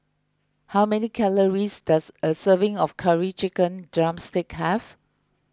how many calories does a serving of Curry Chicken Drumstick have